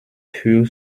führt